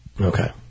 okay